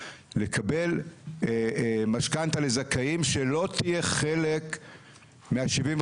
לקבל משכנתא לזכאים שלא תהיה חלק מה-75%.